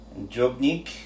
Jobnik